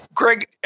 Greg